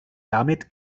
damit